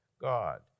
God